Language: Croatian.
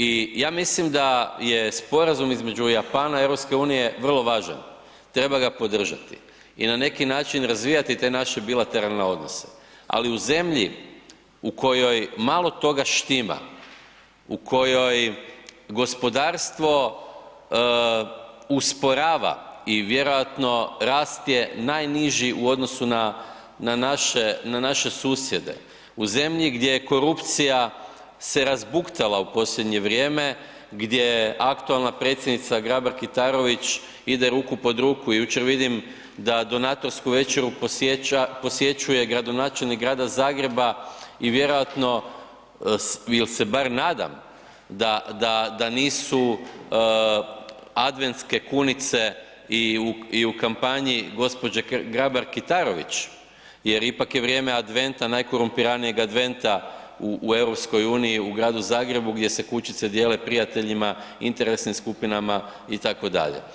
I ja mislim da je sporazum između Japana i EU vrlo važan, treba ga podržati i na neki način razvijati te naše bilateralne odnose, ali u zemlji u kojoj malo toga štima u kojoj gospodarstvo usporava i vjerojatno rast je najniži u odnosu na naše susjede, u zemlji gdje se korupcija razbuktala u posljednje vrijeme gdje aktualna predsjednica Grabar Kitarović ide ruku pod ruku, jučer vidim da donatorsku večeru posjećuje gradonačelnik grada Zagreba i vjerojatno ili se bar nadam da nisu adventske kunice i u kampanji gospođe Grabar Kitarović jer ipak je vrijeme adventa, najkorumpiranijeg adventa u EU u gradu Zagrebu gdje se kućice dijele prijateljima, interesnim skupinama itd.